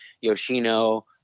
yoshino